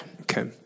Okay